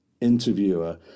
interviewer